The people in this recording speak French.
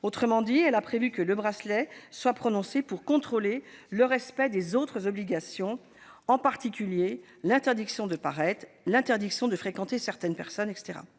surveillance et prévu que ce placement soit prononcé pour contrôler le respect des autres obligations, en particulier l'interdiction de paraître, l'interdiction de fréquenter certaines personnes, etc.